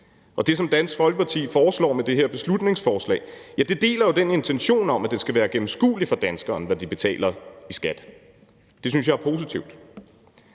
Det, som Dansk Folkeparti foreslår med det her beslutningsforslag, deler jo den intention om, at det skal være gennemskueligt for danskerne, hvad de betaler i skat. Det synes jeg er positivt.